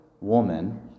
woman